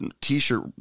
t-shirt